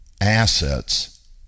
assets